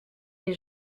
les